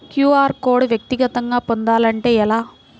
QR code వ్యక్తిగతంగా పొందాలంటే ఎలా?